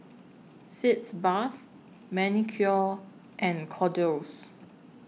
Sitz Bath Manicare and Kordel's